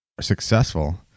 successful